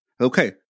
Okay